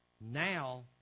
now